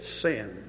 sin